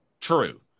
True